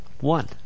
One